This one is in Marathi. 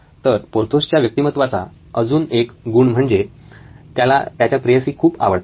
तर पोर्थोसच्या व्यक्तिमत्त्वाचा अजून एक गुण म्हणजे त्याला त्याच्या प्रेयसी खूप आवडतात